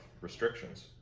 restrictions